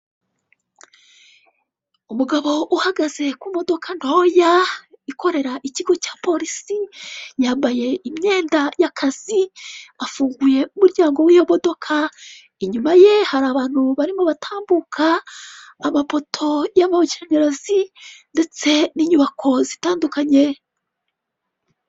Umugabo uhagaze ku modoka ntoya, ikorera ikigo cya polisi yambaye imyenda y'akazi afunguye umuryango w'iyo modoka, inyuma ye hari abantu barimo batambuka, amapoto y'amashanyarazi ndetse n'inyubako zitandukanye.